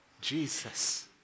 Jesus